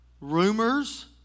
rumors